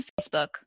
Facebook